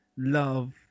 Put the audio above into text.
Love